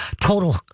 total